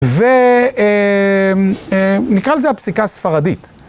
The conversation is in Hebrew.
ו..ו..אמממ...נקרא לזה הפסיקה הספרדית.